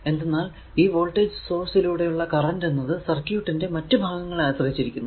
എന്തെന്നാൽ ഈ voltage source ലൂടെ ഉള്ള കറന്റ് എന്നത് സർക്യൂട്ടിന്റെ മറ്റു ഭാഗങ്ങളെ ആശ്രയിച്ചിരിക്കുന്നു